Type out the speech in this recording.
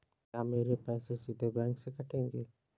क्या मेरे पैसे सीधे बैंक से कटेंगे?